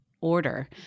order